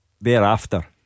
Thereafter